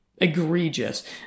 egregious